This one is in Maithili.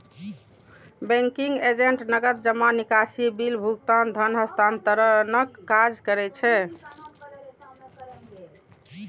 बैंकिंग एजेंट नकद जमा, निकासी, बिल भुगतान, धन हस्तांतरणक काज करै छै